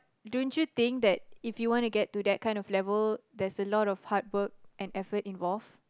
don't you think that if you want to get to that kind of level there's a lot of hardwork and effort involved